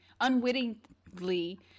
unwittingly